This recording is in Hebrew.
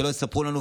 שלא יספרו לנו,